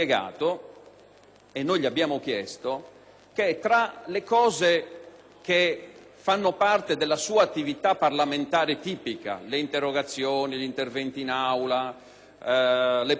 tra le cose che fanno parte della sua attività parlamentare tipica (le interrogazioni, gli interventi in Aula, le proposte di legge e così via), nulla c'entravano